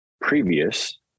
previous